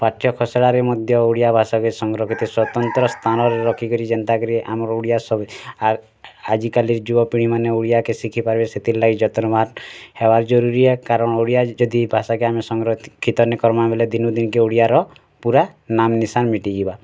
ପାଠ୍ୟ ଖସଡ଼ାରେ ମଧ୍ୟ ଓଡ଼ିଆ ଭାଷାକେ ସଂରକ୍ଷିତ୍ ସ୍ୱତନ୍ତ୍ର ସ୍ଥାନ୍ରେ ରଖିକିରି ଯେନ୍ତା କିରି ଆମର୍ ଓଡ଼ିଆ ସଭି ଆଜିକାଲି ଯୁବପିଢ଼ିମାନେ ଓଡ଼ିଆକେ ଶିଖି ପାରିବେ ସେଥିର୍ ଲାଗି ଯତ୍ନବାନ୍ ହେବାର୍ ଜରୁରୀ ଏ କାରଣ ଓଡ଼ିଆ ଯଦି ଭାଷାକେ ଆମେ ସଂରକ୍ଷିତ୍ ନେଇଁ କର୍ମା ବୋଲେ ଦିନକୁ ଦିନ୍କେ ଓଡ଼ିଆର ପୁରା ନାମ ନିଶାନ୍ ମିଟି ଯିବା